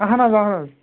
اَہن حظ اَہن حظ